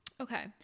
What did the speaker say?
okay